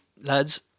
lads